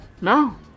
No